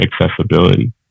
accessibility